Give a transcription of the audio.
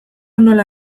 nola